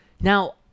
Now-